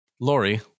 Lori